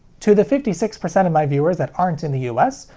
to the fifty six percent of my viewers that aren't in the us,